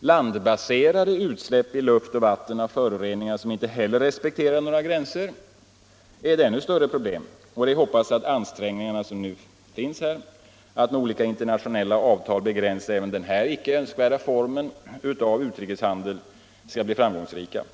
Landbaserade utsläpp av föroreningar i luft och vatten utan respekt för några gränser är ett ännu större problem, och det är att hoppas att ansträngningarna att med internationella avtal begränsa denna icke 65 önskvärda form av utrikeshandel skall bli framgångsrika.